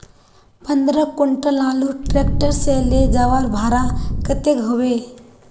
पंद्रह कुंटल आलूर ट्रैक्टर से ले जवार भाड़ा कतेक होबे?